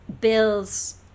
Bill's